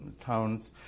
towns